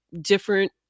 different